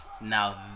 Now